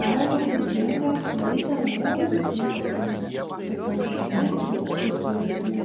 daro būdingą klaidą nuolat zyzdamas kad amžinai trūksta pinigų